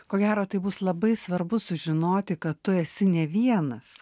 ko gero tai bus labai svarbu sužinoti kad tu esi ne vienas